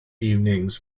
evenings